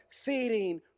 feeding